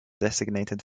designated